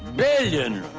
billion.